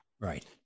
Right